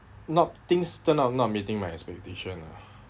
not things turn out not meeting my expectation ah